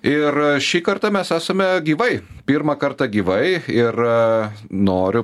ir šį kartą mes esame gyvai pirmą kartą gyvai ir noriu